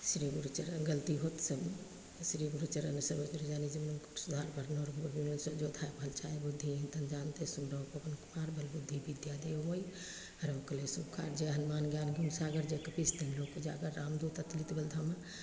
श्री गुरु चरण गलती होत से श्रीगुरु चरन सरोज रज निज मनु मुकुरु सुधारि बरनउँ रघुबर बिमल जसु जो दायकु फल चारि बुद्धिहीन तनु जानिके सुमिरौं पवन कुमार बल बुद्धि बिद्या देहु मोहिं हरहु कलेस बिकार जय हनुमान ज्ञान गुण सागर जय कपीश तिहुँ लोक उजागर रामदूत अतुलित बल धामा